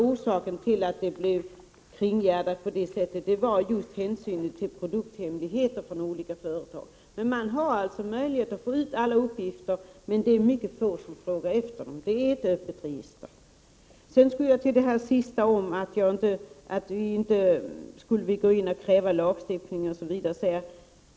Orsaken till att det blev kringgärdat på det sättet var hänsynen till produkthemligheter hos olika företag. Man har alltså möjlighet att få ut alla uppgifter, men det är mycket få som frågar efter dem. Borde vi inte gå in och kräva lagstiftning, frågar Åsa Domeij.